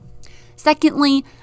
Secondly